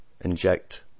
inject